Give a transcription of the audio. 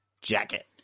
jacket